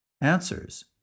Answers